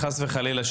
חס וחלילה,